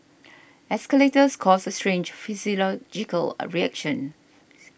escalators cause a strange logical reaction